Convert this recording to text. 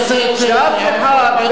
שאף אחד לא יגיד,